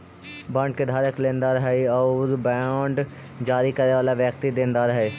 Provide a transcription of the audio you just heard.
bond के धारक लेनदार हइ आउ बांड जारी करे वाला व्यक्ति देनदार हइ